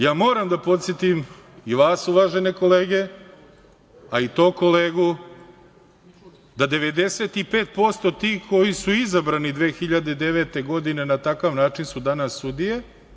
Ja moram da podsetim i vas, uvažene kolege, a i tog kolegu, da 95% tih koji su izabrani 2009. godine, na takav način, su danas sudije.